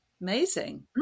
Amazing